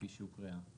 כפי שהוקראה.